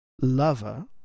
lover